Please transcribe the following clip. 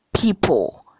people